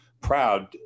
proud